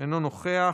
אינו נוכח,